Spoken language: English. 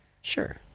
Sure